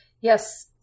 Yes